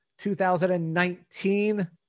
2019